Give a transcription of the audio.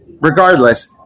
regardless